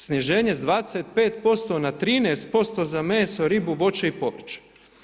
Sniženje s 25% na 13% za meso, ribu, voće i povrće.